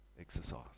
exercise